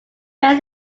wears